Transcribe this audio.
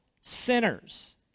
sinners